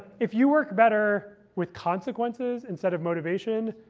if you work better with consequences instead of motivation,